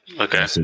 Okay